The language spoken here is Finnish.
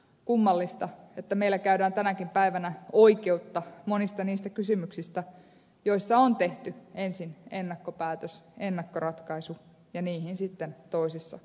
kummallista että meillä käydään tänäkin päivänä oikeutta monista niistä kysymyksistä joissa on tehty ensin ennakkopäätös ennakkoratkaisu ja niihin sitten toisissa tapauksissa vedotaan